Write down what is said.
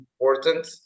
important